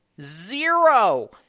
Zero